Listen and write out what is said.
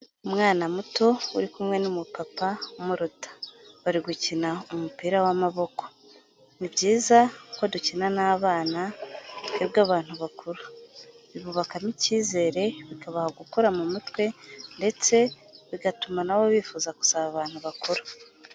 Umwana muto, uri kumwe n'umupapa umuruta. Bari gukina, umupira w'amaboko. Ni byiza ko dukina n'abana, twebwe abantu bakuru. Bibubakamo icyizere, bikabaha gukura mu mutwe, ndetse bigatuma nabo bifuza kuzaba abantu bakuru.